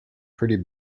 pretty